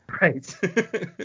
Right